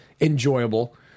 enjoyable